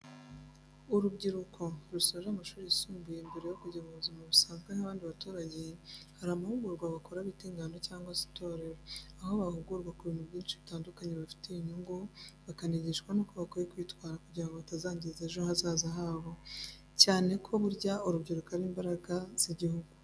Urubyiruko rusoje amashuri y'isumbuye mbere yo kujya mu buzima busanzwe nk'abandi baturage, hari amahugurwa bakora bita ingando cyngwa se itorero, aho bahugurwa ku bintu byinshi bitandukanye bibafitiye inyungu nbakanigishwa nuko bakwiye kwitwara kugira ngo batangiza ejo hazaza habo cyane ko burya urubyiruko ari imbaraga z'igihugu.